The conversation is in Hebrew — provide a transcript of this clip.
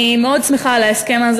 אני מאוד שמחה על ההסכם הזה.